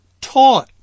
taught